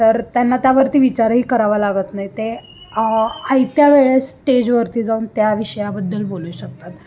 तर त्यांना त्यावरती विचारही करावा लागत नाही ते आयत्या वेळेस स्टेजवरती जाऊन त्या विषयाबद्दल बोलू शकतात